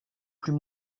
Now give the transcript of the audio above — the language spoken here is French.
plus